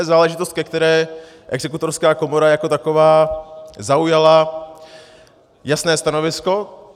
To je záležitost, ke které exekutorská komora jako taková zaujala jasné stanovisko.